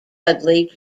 dudley